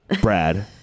Brad